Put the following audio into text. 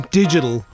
digital